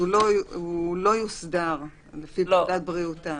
הוא לא יוסדר לפי פקודת בריאות העם.